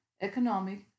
economic